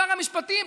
שר המשפטים,